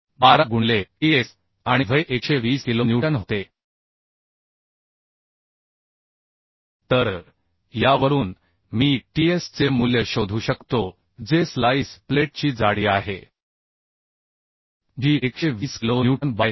12 गुणिले ts आणि V हे 120 किलो न्यूटन होते तर यावरून मी ts चे मूल्य शोधू शकतो जे स्लाईस प्लेटची जाडी आहे जी 120 किलो न्यूटन बाय 34